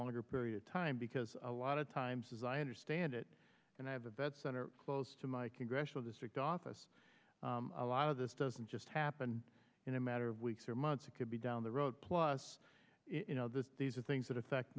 longer period of time because a lot of times as i understand it and i have a vet center close to my congressional district office a lot of this doesn't just happen in a matter of weeks or months it could be down the road plus you know that these are things that affect